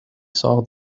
saw